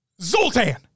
Zoltan